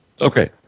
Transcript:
Okay